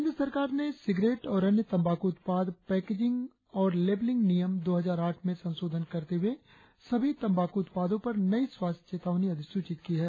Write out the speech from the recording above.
केंद्र सिगरेट और अन्य तंबाक्र उत्पाद पैकेजिंग और लेबलिंग नियम दो हजार आठ में संशोधन करते हुए सभी तंबाकू उत्पादों पर नई स्वास्थ्य चेतावनी अधिसूचित की है